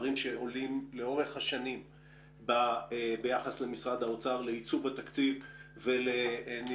שעולים לאורך השנים ביחס להתנהלות האוצר בעיצוב התקציב ולניהולו,